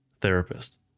therapist